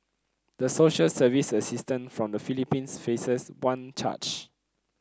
the social service assistant from the Philippines faces one charge